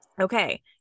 okay